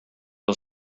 del